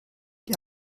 die